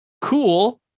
cool